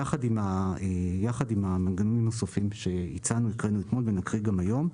יחד עם המנגנונים הסופיים שהצענו כאן אתמול ונציג גם היום,